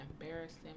embarrassing